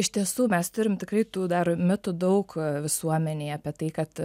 iš tiesų mes turim tikrai tų dar mitų daug visuomenėje apie tai kad